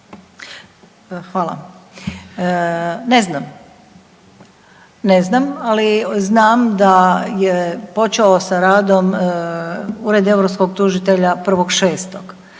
znam. Ne znam, ali znam da je počeo sa radom Ured europskog tužitelja 1.6.